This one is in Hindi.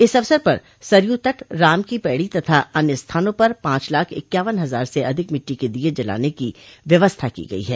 इस अवसर पर सरयू तट राम की पैड़ी तथा अन्य स्थानों पर पांच लाख इक्यावन हजार से अधिक मिट् टी की दीये जलाने की व्यवस्था की गई है